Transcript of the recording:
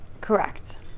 Correct